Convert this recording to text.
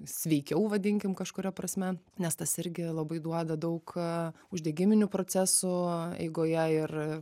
sveikiau vadinkim kažkuria prasme nes tas irgi labai duoda daug uždegiminių procesų eigoje ir